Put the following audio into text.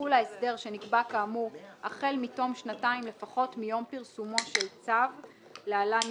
יחול ההסדר שנקבע כאמור החל מתום שנתיים לפחות מיום פרסומו של צו (להלן,